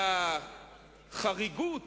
והחריגות